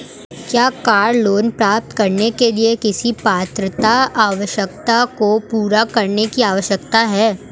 क्या car loan प्राप्त करने के लिए किसी पात्रता आवश्यकता को पूरा करने की आवश्यकता है?